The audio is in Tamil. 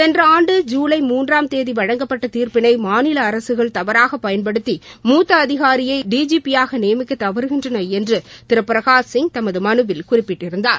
சென்ற ஆண்டு ஜுலை மூன்றாம் தேதி வழங்கப்பட்ட தீர்ப்பினை மாநில அரசுகள் தவறாக பயன்படுத்தி மூத்த அதிகாரியை டிஜிபியாக நியமிக்க தவறுகின்றன என்று திரு பிரகாஷ் சிங் தமது மனுவில் குறிப்பிட்டிருந்தார்